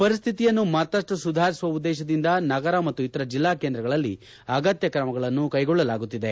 ಪರಿಸ್ಥಿತಿಯನ್ನು ಮತ್ತಷ್ಟು ಸುಧಾರಿಸುವ ಉದ್ದೇಶದಿಂದ ನಗರ ಮತ್ತು ಇತರ ಜಿಲ್ಲಾ ಕೇಂದ್ರಗಳಲ್ಲಿ ಅಗತ್ಯ ಕ್ರಮಗಳನ್ನು ಕೈಗೊಳ್ಳಲಾಗುತ್ತಿದೆ